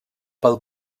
pel